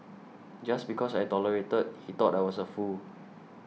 just because I tolerated he thought I was a fool